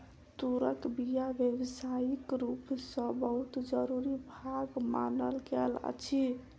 तूरक बीया व्यावसायिक रूप सॅ बहुत जरूरी भाग मानल गेल अछि